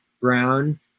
Brown